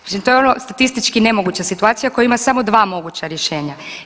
Mislim to je ono statistički nemoguća situacija koja ima samo dva moguća rješenja.